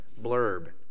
blurb